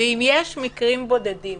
ואם יש מקרים בודדים